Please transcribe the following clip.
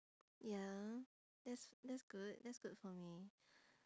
ya that's that's good that's good for me